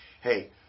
hey